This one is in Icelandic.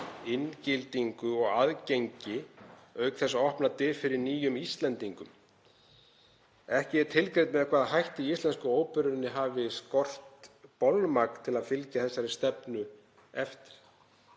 inngildingu og aðgengi auk þess að opna dyr fyrir nýjum Íslendingum.“ Ekki er tilgreint með hvaða hætti Íslensku óperuna hafi skort bolmagn til að fylgja þessari stefnu eftir